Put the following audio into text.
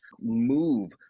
move